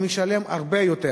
הוא משלם הרבה יותר.